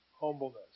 humbleness